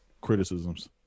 criticisms